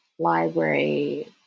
library